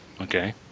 Okay